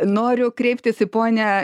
noriu kreiptis į ponią